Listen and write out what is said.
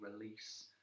release